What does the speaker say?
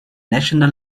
national